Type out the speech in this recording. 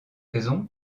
raison